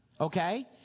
okay